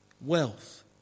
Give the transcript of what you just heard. Wealth